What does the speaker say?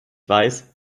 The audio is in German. weiß